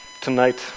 tonight